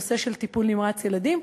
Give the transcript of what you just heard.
היא בנושא של טיפול נמרץ ילדים.